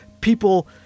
people